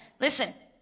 Listen